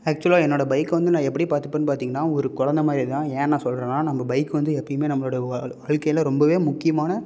ஆக்சுவலாக என்னோட பைக்கை வந்து நான் எப்படி பார்த்துப்பேனு பார்த்திங்கன்னா ஒரு குழந்த மாதிரியே தான் ஏன் நான் சொல்கிறேன்னா நம்ம பைக் வந்து எப்பவுமே நம்மளோடய வாழ்க்கையில் ரொம்பவே முக்கியமான